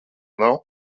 nav